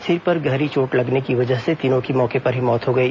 सिर पर गहरी चोट लगने की वजह से तीनों की मौके पर ही मौत हो गई